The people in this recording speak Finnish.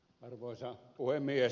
arvoisa puhemies